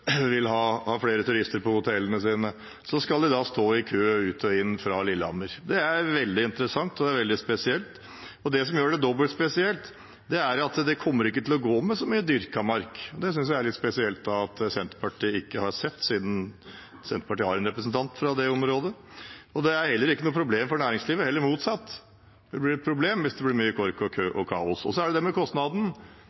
vil ha flere turister på hotellene sine. Da skal de stå i kø, ut og inn, fra Lillehammer. Det er veldig interessant og veldig spesielt. Det som gjør det dobbelt spesielt, er at det ikke kommer til å gå med så mye dyrket mark. Det synes jeg er litt spesielt at Senterpartiet ikke har sett, siden Senterpartiet har en representant fra det området. Det er heller ikke noe problem for næringslivet, snarere motsatt, det blir problemer hvis det blir mye kork og kø